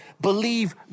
believe